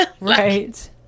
Right